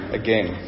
again